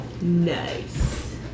Nice